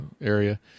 area